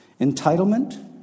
Entitlement